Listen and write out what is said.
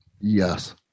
Yes